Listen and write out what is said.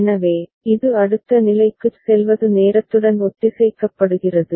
எனவே இது அடுத்த நிலைக்குச் செல்வது நேரத்துடன் ஒத்திசைக்கப்படுகிறது